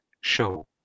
show